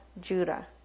Judah